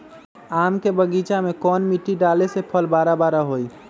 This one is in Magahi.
आम के बगीचा में कौन मिट्टी डाले से फल बारा बारा होई?